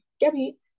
Gabby